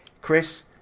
Chris